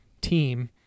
team